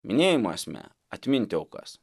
minėjimo esmė atminti aukas